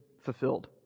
fulfilled